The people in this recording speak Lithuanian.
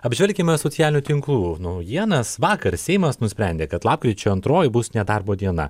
apžvelkime socialinių tinklų naujienas vakar seimas nusprendė kad lapkričio antroji bus nedarbo diena